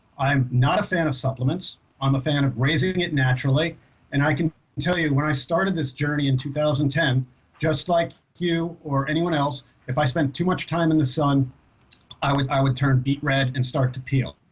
i'm not a fan of supplements i'm um a fan of raising it naturally and i can tell you when i started this journey in two thousand and ten just like you or anyone else if i spend too much time in the sun i would i would turn beet red and start to peel